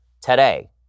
today